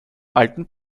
alten